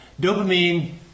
Dopamine